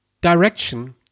direction